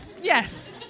Yes